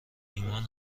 ایمان